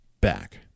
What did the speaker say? back